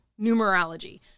numerology